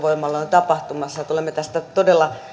tapahtumassa me tulemme todella